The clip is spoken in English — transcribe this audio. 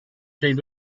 seemed